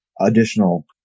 additional